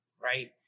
right